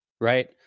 right